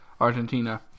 Argentina